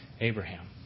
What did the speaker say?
Abraham